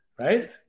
Right